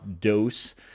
dose